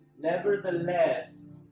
Nevertheless